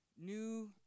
new